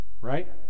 right